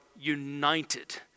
united